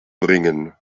bringen